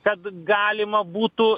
kad galima būtų